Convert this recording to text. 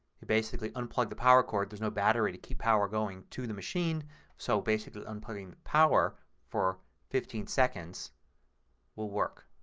you basically unplug the power cord. there's no battery to keep power going to the machine so basically unplugging the power for fifteen seconds will work.